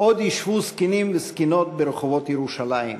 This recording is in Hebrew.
עוד ישבו זקנים וזקנות ברחובות ירושלים,